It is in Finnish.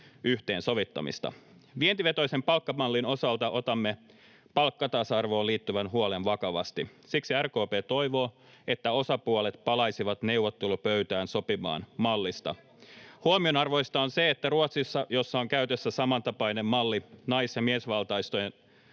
yhteensovittamista. Vientivetoisen palkkamallin osalta otamme palkkatasa-arvoon liittyvän huolen vakavasti. Siksi RKP toivoo, että osapuolet palaisivat neuvottelupöytään sopimaan mallista. Huomionarvoista on se, että Ruotsissa, jossa on käytössä samantapainen malli, nais- ja miesvaltaisten